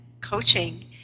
coaching